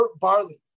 barley